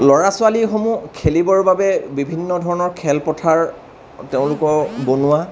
ল'ৰা ছোৱালীসমূহ খেলিবৰ বাবে বিভিন্ন ধৰণৰ খেলপথাৰ তেঁওলোকৰ বনোৱা